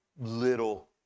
little